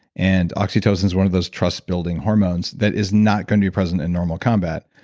and oxytocin is one of those trust-building hormones that is not going to be present in normal combat.